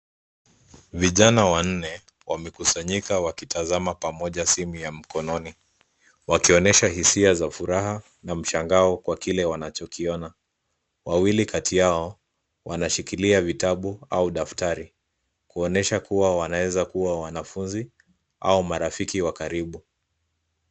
Vijana wanne wamekusanyika wakitazama pamoja simu ya mkononi wakionyesha hisia za furaha na mshangao kwa kile wanachokiona. Wawili kati yao wanashikilia vitabu au daftari kuonyesha kuwa wanaweza kuwa wanafunzi au marafiki wa karibu.